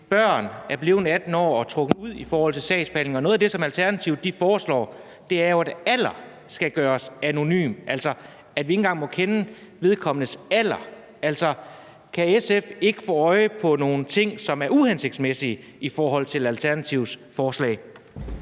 børn er blevet 18 år og det har trukket ud i forhold til sagsbehandling. Og noget af det, som Alternativet foreslår, er jo, at det skal gøres anonymt også med hensyn til alder, altså at vi ikke engang må kende vedkommendes alder. Kan SF få øje på nogen ting, som er hensigtsmæssige i Alternativets forslag?